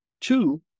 two